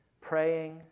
praying